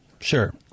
Sure